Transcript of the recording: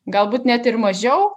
galbūt net ir mažiau